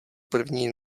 první